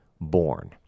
born